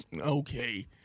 Okay